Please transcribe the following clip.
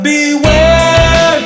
Beware